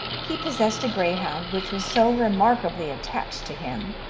he possessed a greyhound, which was so remarkably attached to him,